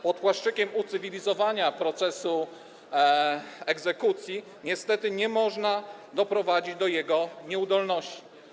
Pod płaszczykiem ucywilizowania procesu egzekucji, niestety, nie można doprowadzić do jego nieudolności.